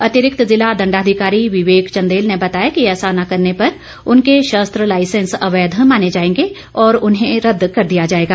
अतिरिक्त जिला दंडाधिकारी विवेक चंदेल ने बताया कि ऐसा न करने पर उनके शस्त्र लाइसेंस अवैध माने जाएंगे और उन्हें रद्द कर दिया जाएगा